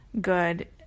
good